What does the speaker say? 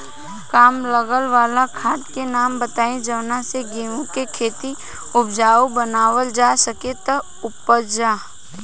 कम लागत वाला खाद के नाम बताई जवना से गेहूं के खेती उपजाऊ बनावल जा सके ती उपजा?